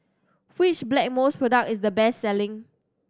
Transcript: which Blackmores product is the best selling